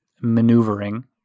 maneuvering